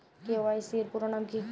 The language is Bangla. কে.ওয়াই.সি এর পুরোনাম কী?